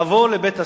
אבוא לבית השר,